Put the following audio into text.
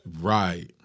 Right